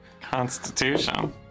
Constitution